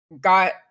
Got